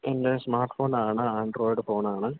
എൻ്റെ സ്മാർട്ട്ഫോണ് ആണ് Android phone ആണ്